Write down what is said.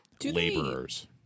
laborers